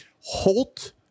Holt